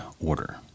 order